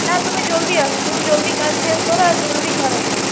না তুমি জলদি আসো তুমি জলদি কাজ শেষ করো আর জলদি ঘর আসো